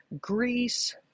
Greece